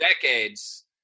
decades